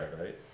right